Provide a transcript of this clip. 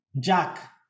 Jack